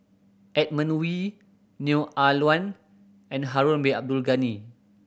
Edmund Wee Neo Ah Luan and Harun Bin Abdul Ghani